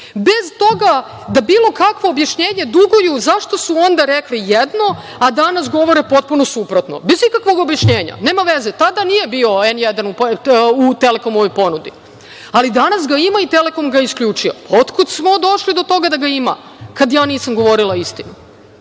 bez toga da bilo kakvo objašnjenje duguju zašto su onda rekli jedno, a danas govore potpuno suprotno, bez ikakvog objašnjenja i nema veze. Tada nije bio „N1“ u „Telekomovoj“ ponudi, ali danas ga ima i „Telekom“ ga je isključio. Otkud smo došli do toga da ima kad ja nisam govorila istinu? Da